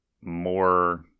more